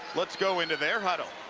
let's go into their huddle.